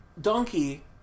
Donkey